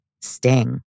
sting